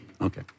Okay